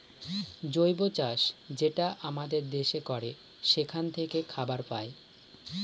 জৈব চাষ যেটা আমাদের দেশে করে সেখান থাকে খাবার পায়